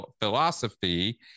philosophy